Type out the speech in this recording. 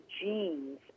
genes